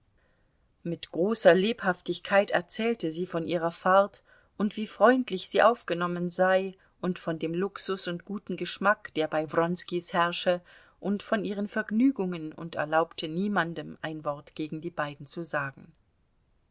mit großer lebhaftigkeit erzählte sie von ihrer fahrt und wie freundlich sie aufgenommen sei und von dem luxus und guten geschmack der bei wronskis herrsche und von ihren vergnügungen und erlaubte niemandem ein wort gegen die beiden zu sagen